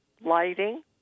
lighting